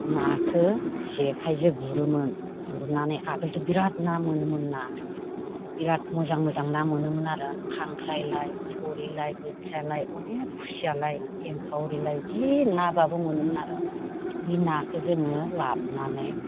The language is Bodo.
नाखौ जेखाइजों गुरोमोन गुरनानै आगोलथ' बिराद ना मोनोमोन ना बिराद मोजां मोजां ना मोनोमोन आरो खांख्राइलाय थुरिलाय बोथियालाय अनेक खुसियालाय एंखावरिलाय जि ना बाबो मोनोमोन आरो बे नाखौ जोङो लाबोनानै